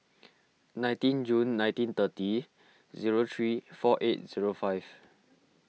nineteen June nineteen thirty zero three four eight zero five